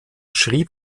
schrieb